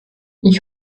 ich